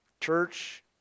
Church